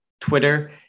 Twitter